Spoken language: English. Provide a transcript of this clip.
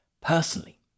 personally